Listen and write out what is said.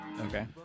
Okay